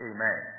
Amen